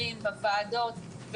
ובוועדות.